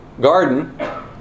garden